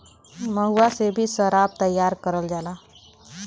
महुआ से भी सराब तैयार करल जाला